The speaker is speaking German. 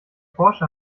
porsche